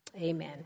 Amen